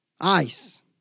Ice